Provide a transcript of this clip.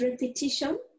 repetition